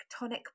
tectonic